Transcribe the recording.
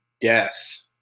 death